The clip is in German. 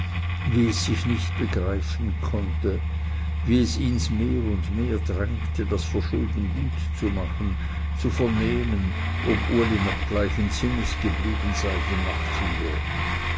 wie es sich nicht begreifen konnte wie es ihns mehr und mehr drängte das verschulden gut zu machen zu vernehmen ob uli noch gleichen sinnes geblieben sei die nacht hindurch